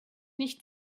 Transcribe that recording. nicht